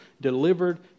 delivered